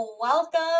Welcome